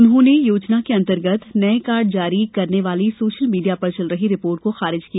उन्होंने योजना के अंतर्गत नए कार्ड जारी करने वाली सोशल मीडिया पर चल रही रिपोर्ट को खारिज किया